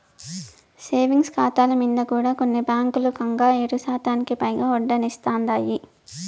savings కాతాల మింద కూడా కొన్ని బాంకీలు కంగా ఏడుశాతానికి పైగా ఒడ్డనిస్తాందాయి